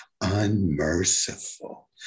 unmerciful